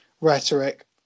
rhetoric